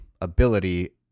ability